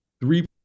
three